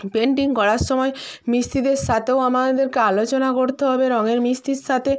painting করার সময় মিস্ত্রিদের সাথেও আমাদেরকে আলোচনা করতে হবে রঙের মিস্ত্রির সাথে